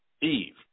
Eve